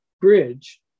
bridge